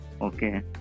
okay